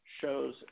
shows